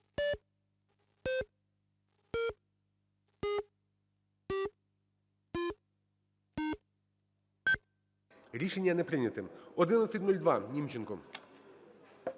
Рішення не прийнято. 1152, Німченко.